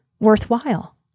worthwhile